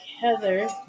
Heather